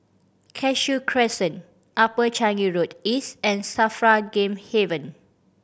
Cashew Crescent Upper Changi Road East and SAFRA Game Haven